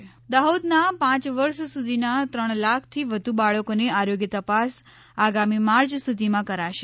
બાળ આરોગ્ય દાહોદના પાંચ વર્ષ સુધીના ત્રણ લાખથી વધુ બાળકોની આરોગ્ય તપાસ આગામી માર્ચ સુધીમાં કરાશે